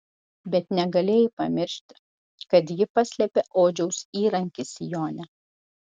bet negalėjai pamiršti kad ji paslėpė odžiaus įrankį sijone